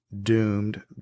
doomed